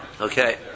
Okay